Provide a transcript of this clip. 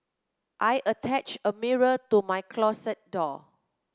I attached a mirror to my closet door